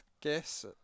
guess